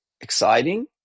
exciting